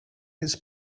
his